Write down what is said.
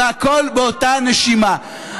והכול באותה נשימה.